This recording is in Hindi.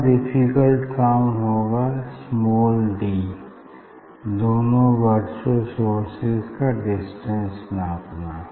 थोड़ा डिफिकल्ट काम होगा स्माल डी दोनों वर्चुअल सोर्सेज का डिस्टेंस नापना